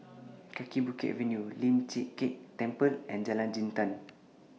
Kaki Bukit Avenue Lian Chee Kek Temple and Jalan Jintan